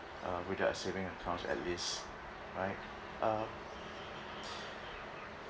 uh without a saving account at least right uh